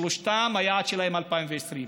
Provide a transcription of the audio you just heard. שלושתן, היעד שלהן 2020,